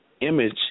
image